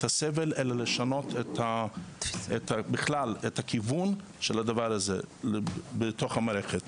הסבל אלא לשנות בכלל את הכיוון של הדבר הזה בתוך המערכת.